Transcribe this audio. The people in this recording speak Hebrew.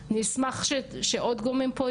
ואני אשמח להמשיך את השיח,